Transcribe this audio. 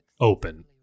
open